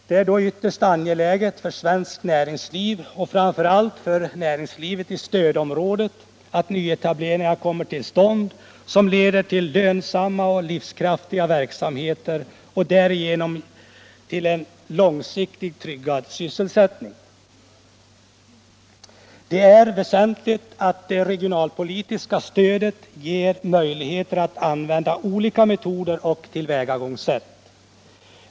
Det är ytterst angeläget för svenskt näringsliv, och framför allt för näringslivet i stödområdet, att nyetableringar kommer till stånd som leder till lönsamma och livskraftiga verksamheter och därigenom till en långsiktigt tryggad sysselsättning. Det är därvid väsentligt att det regionalpolitiska stödet ger möjlighet att använda olika metoder och tillvägagångssätt.